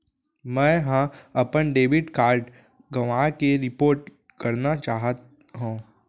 मै हा अपन डेबिट कार्ड गवाएं के रिपोर्ट करना चाहत हव